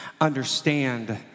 understand